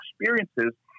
experiences